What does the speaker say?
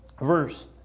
Verse